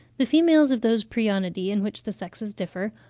the females of those prionidae, in which the sexes differ,